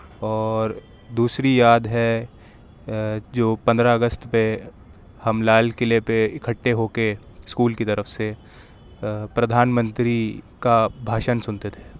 اور دوسری یاد ہے جو پندرہ اگست پہ ہم لال قلعے پہ اکٹھے ہو کے اسکول کی طرف سے پردھان منتری کا بھاشن سنتے تھے